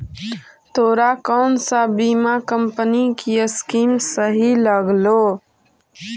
तोरा कौन सा बीमा कंपनी की स्कीम सही लागलो